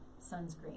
sunscreen